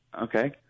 Okay